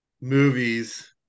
movies